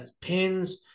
pins